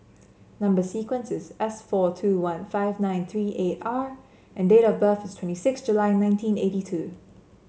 number sequence is S four two one five nine three eight R and date of birth is twenty six July nineteen eighty two